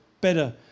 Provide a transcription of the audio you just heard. better